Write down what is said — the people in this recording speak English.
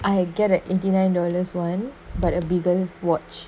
I get a eighty nine dollars one but a bigger watch